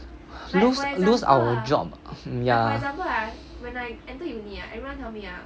lose lose our job mm ya